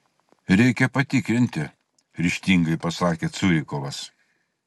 reikia patikrinti ryžtingai pasakė curikovas